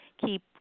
keep